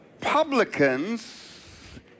publicans